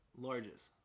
Largest